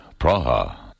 Praha